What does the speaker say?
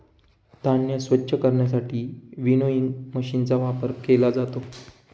धान्य स्वच्छ करण्यासाठी विनोइंग मशीनचा वापर केला जातो